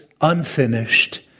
unfinished